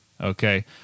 Okay